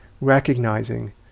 recognizing